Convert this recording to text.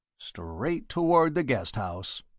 straight toward the guest house,